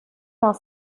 dans